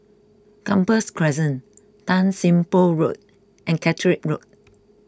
Gambas Crescent Tan Sim Boh Road and Caterick Road